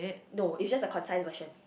no it's just a concise version